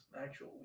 actual